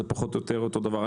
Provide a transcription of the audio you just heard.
זה פחות או יותר אותו דבר.